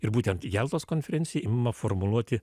ir būtent jaltos konferencijoj ima formuluoti